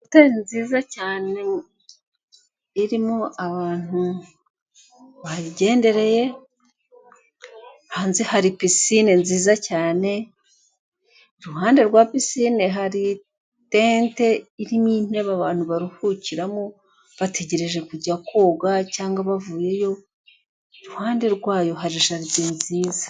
Hoteri nziza cyane irimo abantu bayigendereye. Hanze hari pisine nziza cyane, iruhande rwa pisine hari tente iririmo intebe abantu baruhukiramo bategereje kujya koga cyangwa bavuyeyo, iruhande rwayo hari jaride nziza.